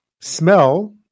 smell